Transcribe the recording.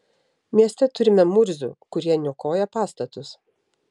mieste turime murzių kurie niokoja pastatus